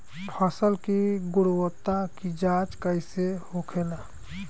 फसल की गुणवत्ता की जांच कैसे होखेला?